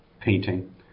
painting